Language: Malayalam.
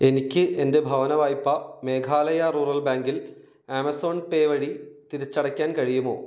എനിക്ക് എൻ്റെ ഭവന വായ്പ മേഘാലയ റൂറൽ ബാങ്കിൽ ആമസോൺ പേ വഴി തിരിച്ചടയ്ക്കാൻ കഴിയുമോ